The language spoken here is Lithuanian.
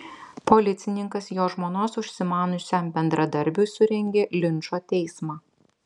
policininkas jo žmonos užsimaniusiam bendradarbiui surengė linčo teismą